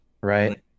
right